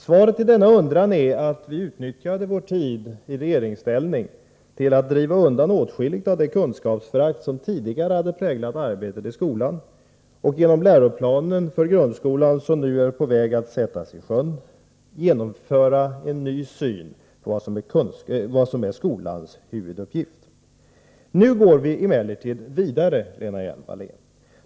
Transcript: Svaret är att vi utnyttjade vår tid i regeringsställning till att undanröja åtskilligt av det kunskapsförakt som tidigare hade präglat arbetet i skolan och till att genom den läroplan för grundskolan som nu är på väg att sättas i sjön skapa en ny syn på vad som är skolans huvuduppgift. Nu går vi emellertid vidare, Lena Hjelm-Wallén.